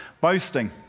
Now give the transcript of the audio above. boasting